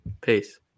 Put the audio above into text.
Peace